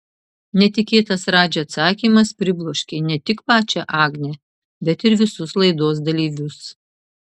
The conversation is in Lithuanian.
netikėtas radži atsakymas pribloškė ne tik pačią agnę bet ir visus laidos dalyvius